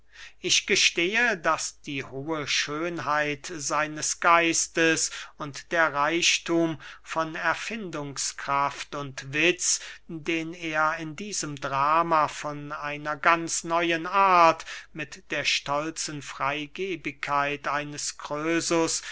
ich gestehe daß die hohe schönheit seines geistes und der reichthum von erfindungskraft und witz den er in diesem drama von einer ganz neuen art mit der stolzen freygebigkeit eines